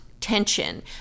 tension